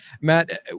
matt